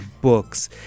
books